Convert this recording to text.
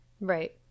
Right